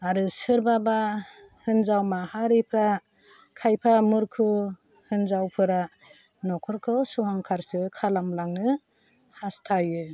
आरो सोरबाबा होन्जाव माहारिफ्रा खायफा मुरखु होन्जावफोरा नखरखौ सहांखारसो खालामलांनो हास्थायो